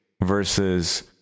versus